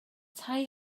tai